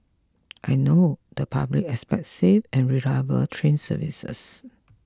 I know the public expects safe and reliable train services